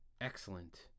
excellent